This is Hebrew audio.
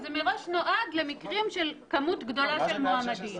זה מראש נועד למקרים של כמות גדולה של מועמדים.